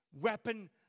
weapon